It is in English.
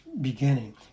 beginning